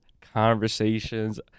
conversations